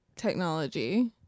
technology